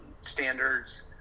standards